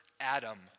Adam